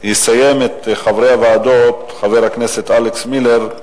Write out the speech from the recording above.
יסיים את הסבב של יושבי-ראש הוועדות חבר הכנסת אלכס מילר,